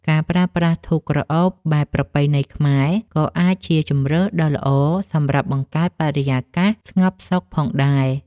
ការប្រើប្រាស់ធូបក្រអូបបែបប្រពៃណីខ្មែរ ក៏អាចជាជម្រើសដ៏ល្អសម្រាប់បង្កើតបរិយាកាសស្ងប់សុខផងដែរ។